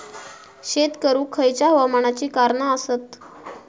शेत करुक खयच्या हवामानाची कारणा आसत?